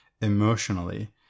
emotionally